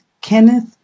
Kenneth